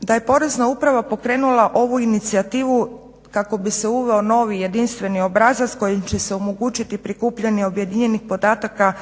da je Porezna uprava pokrenula ovu inicijativu kako bi se uveo novi jedinstveni obrazac kojim će se omogućiti prikupljanje objedinjenih podataka